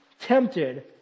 tempted